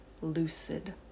lucid